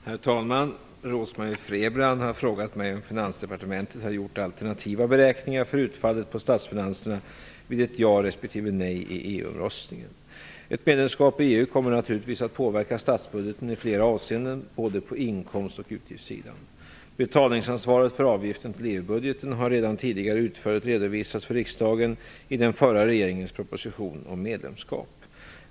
Herr talman! Rose-Marie Frebran har frågat mig om Finansdepartementet har gjort alternativa beräkningar för utfallet på statsfinanserna vid ett ja respektive ett nej i EU-omröstningen. Ett medlemskap i EU kommer naturligtvis att påverka statsbudgeten i flera avseenden på både inkomst och utgiftssidan. Betalningsansvaret för avgiften till EU-budgeten har redan tidigare utförligt redovisats för riksdagen i den förra regeringens proposition om medlemskap.